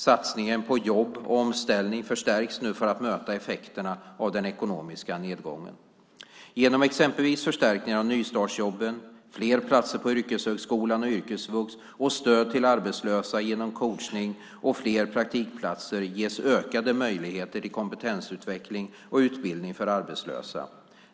Satsningen på jobb och omställning förstärks nu för att möta effekterna av den ekonomiska nedgången. Genom exempelvis förstärkningar av nystartsjobben, fler platser på yrkeshögskolan och yrkesvux samt stöd till arbetslösa genom coachning och fler praktikplatser ges ökade möjligheter till kompetensutveckling och utbildning för arbetslösa.